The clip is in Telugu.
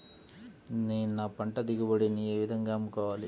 నేను నా పంట దిగుబడిని ఏ విధంగా అమ్ముకోవాలి?